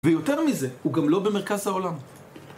ויותר מזה הוא גם לא במרכז העולם